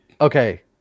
Okay